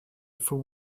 for